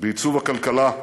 בעיצוב הכלכלה,